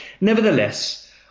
nevertheless